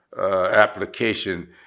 application